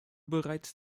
bereits